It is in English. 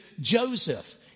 Joseph